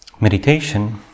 meditation